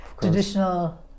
traditional